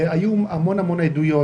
היו המון עדויות,